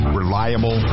reliable